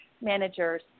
managers